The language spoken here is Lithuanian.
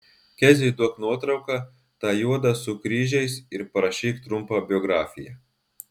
keziui duok nuotrauką tą juodą su kryžiais ir parašyk trumpą biografiją